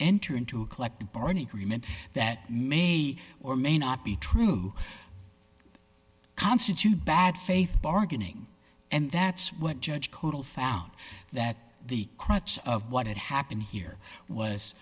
enter into a collective bargaining agreement that may or may not be true constitute bad faith bargaining and that's what judge total found that the crux of what had happened here was